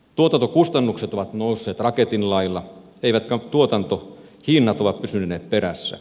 tuotantokustannukset ovat nousseet raketin lailla eivätkä tuotantohinnat ole pysyneet perässä